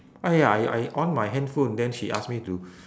!aiya! I I on my handphone then she ask me to